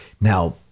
now